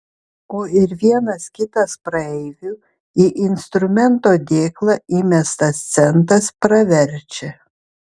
o ir vienas kitas praeivių į instrumento dėklą įmestas centas praverčia